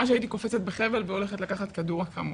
שהייתי קופצת בחבל והולכת לקחת כדור אקמול.